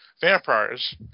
vampires